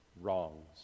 wrongs